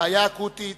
בעיה אקוטית